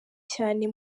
cyane